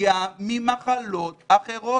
וגם ממחלות אחרות.